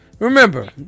Remember